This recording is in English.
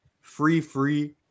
free-free